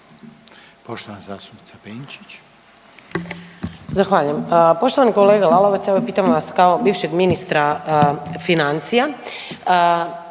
Poštovana zastupnica Benčić.